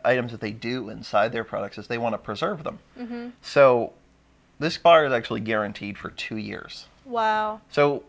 the items that they do inside their products is they want to preserve them so this part of actually guaranteed for two years wow so